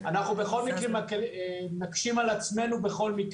אנחנו מקשים על עצמנו בכל מקרה.